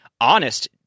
honest